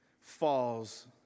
falls